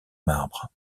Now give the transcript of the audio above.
marbre